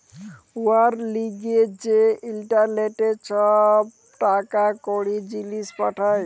উয়ার লিয়ে যে ইলটারলেটে ছব টাকা কড়ি, জিলিস পাঠায়